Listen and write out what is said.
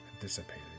dissipated